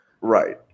Right